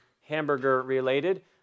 hamburger-related